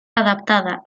adaptada